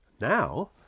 Now